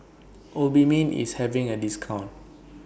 Obimin IS having A discount